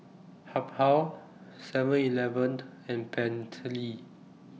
Habhal Seven Eleven and Bentley